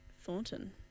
Thornton